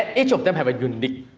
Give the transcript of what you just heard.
ah each of them have a unique,